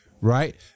right